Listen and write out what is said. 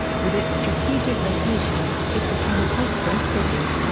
with its strategic location, it became a prosperous city.